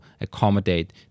accommodate